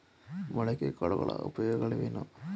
ಮೊಳಕೆ ಕಾಳುಗಳ ಉಪಯೋಗವೇನು?